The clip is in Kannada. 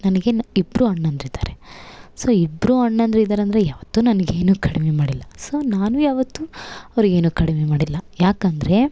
ನನಗೆ ಇಬ್ಬರು ಅಣ್ಣಂದಿರಿದಾರೆ ಸೋ ಇಬ್ಬರು ಅಣ್ಣಂದ್ರಿದಾರಂದ್ರೆ ಯಾವತ್ತು ನನಗೆ ಏನು ಕಡಿಮೆ ಮಾಡಿಲ್ಲ ಸೋ ನಾನು ಯಾವತ್ತು ಅವ್ರಿಗೆ ಏನು ಕಡಿಮೆ ಮಾಡಿಲ್ಲ ಯಾಕಂದರೆ